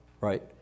right